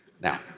Now